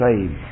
saved